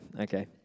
Okay